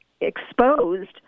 exposed